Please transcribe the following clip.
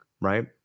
right